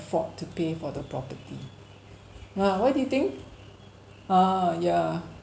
afford to pay for the property uh what do you think uh yeah